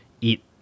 eat